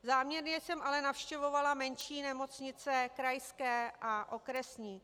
Záměrně jsem ale navštěvovala menší nemocnice, krajské a okresní.